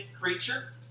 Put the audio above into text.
creature